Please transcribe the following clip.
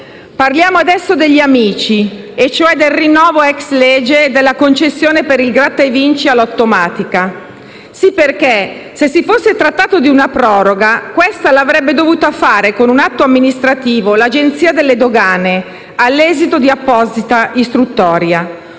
Parliamo adesso degli amici, e cioè del rinnovo *ex lege* della concessione per il gratta e vinci a Lottomatica. Sì, perché se si fosse trattato di una proroga, avrebbe dovuto farla con un atto amministrativo l'Agenzia delle dogane all'esito di apposita istruttoria.